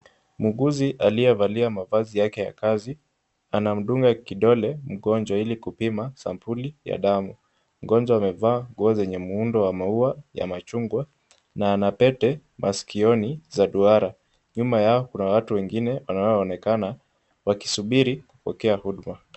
Muuguzi aliyevalia mavazi yake ya kazi, anamdunga kidole mgonjwa ili kupima sampuli ya damu. Mgonjwa amevaa nguo zenye muundo wa maua ya machungwa na ana pete maskioni za duara. Nyuma yao kuna watu wengine wanaoonekana wakisubiri kupokea huduma.